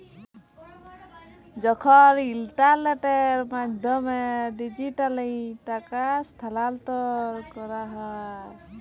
যখল ইলটারলেটের মাধ্যমে ডিজিটালি টাকা স্থালাল্তর ক্যরা হ্যয়